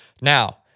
Now